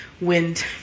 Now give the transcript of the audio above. wind